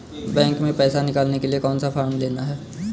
Bank में पैसा निकालने के लिए कौन सा फॉर्म लेना है?